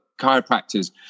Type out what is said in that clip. chiropractors